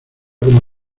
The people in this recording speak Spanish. como